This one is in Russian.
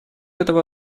этого